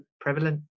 prevalent